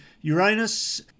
Uranus